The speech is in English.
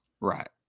right